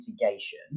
mitigation